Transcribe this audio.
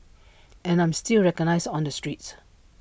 and I'm still recognised on the streets